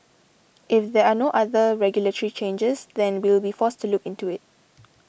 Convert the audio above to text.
if there are no other regulatory changes then we'll be forced to look into it